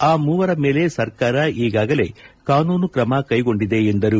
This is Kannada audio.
ಆ ಮೂವರ ಮೇಲೆ ಸರ್ಕಾರ ಈಗಾಗಲೇ ಕಾನೂನು ಕ್ರಮ ಕೈಗೊಂಡಿದೆ ಎಂದರು